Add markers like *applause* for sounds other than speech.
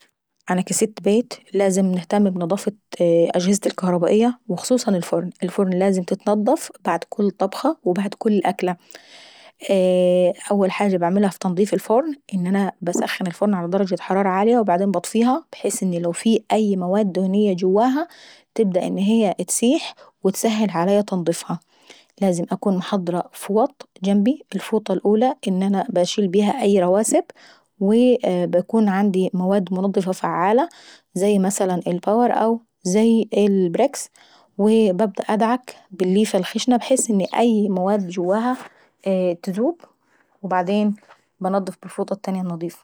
انا كاا ست بيت لازم نهتم بنضافة اجهزتي الكهربائياه، وخصوصا الفرن. الفرن لازم تتنضف بعد كل طبخة وبعد كل وكلة، *hesitation* بعد حاجة بعملها بعد تنضيف الفرن، انا باسخن الفرن ع درجة حرارة عالية وبعدني باطفيها بحيث لو في أي مواد دهنية جواها تبدا ان هي تسيح وتسهل عليا تنضيفها. لازم نكون محضرة فوط جنبي، الفوطة الاولى ان انا باشيل بيها اي رواسب ويي نكون عندي مواد منظفة فعالة زي مثلا الباور او زي ال بريكس ، ونبدأ ندعك بالليفة لخشنة بحيث ان اي مواد جواها تدوب، وبعدين بانضف بالفوطة التانية النضيفة.